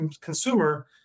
consumer